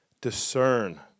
discern